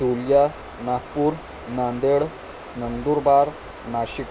Dhulia Nagpur Nanded Nandurbar Nashik